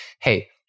hey